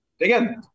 again